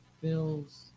Bills